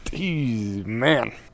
man